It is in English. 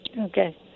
Okay